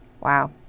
Wow